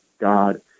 God